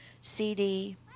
CD